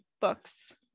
books